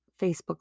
Facebook